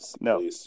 No